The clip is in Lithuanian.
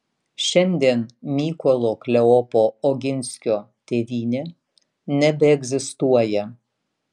šiandien mykolo kleopo oginskio tėvynė nebeegzistuoja